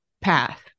path